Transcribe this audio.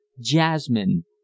jasmine